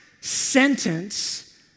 sentence